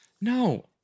No